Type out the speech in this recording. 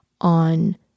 on